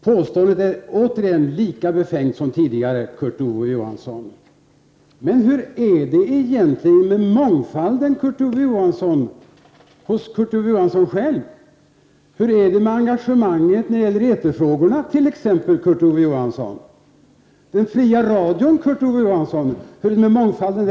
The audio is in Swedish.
Påståendet är återigen lika befängt som tidigare, Kurt Ove Johansson. Hur är det egentligen med mångfalden hos Kurt Ove Johansson själv? Hur är det med engagemanget när det t.ex. gäller eterfrågorna, Kurt Ove Johansson? Hur är det med mångfalden när det gäller den fria radion och TV-n?